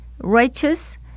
righteous